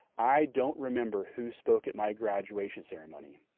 i don't remember who spoke at my graduation ceremony,